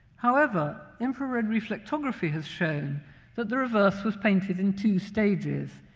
however, infrared reflectography has shown that the reverse was painted in two stages.